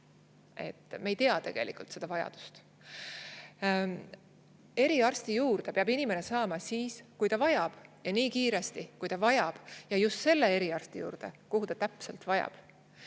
Me ei tea tegelikult seda vajadust. Eriarsti juurde peab inimene saama siis, kui ta vajab, ja nii kiiresti, kui ta vajab, ja just selle eriarsti juurde, kuhu tal täpselt on vaja.